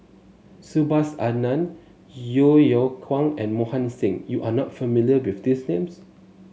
Subhas Anandan Yeo Yeow Kwang and Mohan Singh you are not familiar with these names